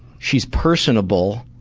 she's personable.